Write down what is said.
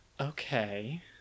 Okay